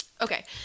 Okay